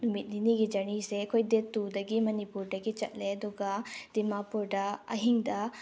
ꯅꯨꯃꯤꯠ ꯅꯤꯅꯤꯒꯤ ꯖꯔꯅꯤꯁꯦ ꯑꯩꯈꯣꯏ ꯗꯦꯠ ꯇꯨꯗꯒꯤ ꯃꯅꯤꯄꯨꯔꯗꯒꯤ ꯆꯠꯂꯦ ꯑꯗꯨꯒ ꯗꯤꯃꯥꯄꯨꯔꯗ ꯑꯍꯤꯡꯗ